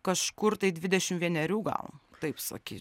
kažkur tai dvidešim vienerių galų taip sakyt